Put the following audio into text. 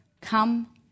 Come